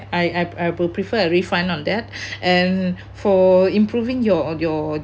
I I I will prefer a refund on that and for improving your your